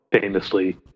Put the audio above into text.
famously